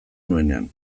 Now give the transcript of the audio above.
nuenean